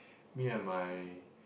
me and my